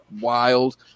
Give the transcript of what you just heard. wild